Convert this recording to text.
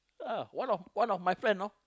ah one of one of my friend know